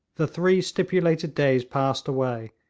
the three stipulated days passed away,